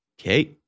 okay